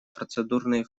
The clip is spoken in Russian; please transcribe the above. процедурные